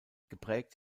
geprägt